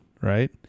right